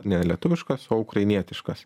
ne lietuviškas o ukrainietiškas